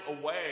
away